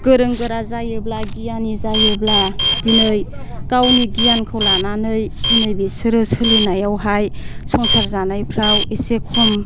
गोरों गोरा जायोब्ला गियानि जायोब्ला दिनै गावनि गियानखौ लानानै दिनै बिसोरो सोलिनायावहाय संसार जानायफ्राव एसे खम